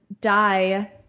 die